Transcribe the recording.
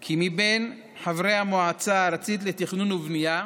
כי עם חברי המועצה הארצית לתכנון ולבנייה